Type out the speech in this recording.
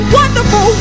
wonderful